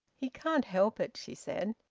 he can't help it, she said.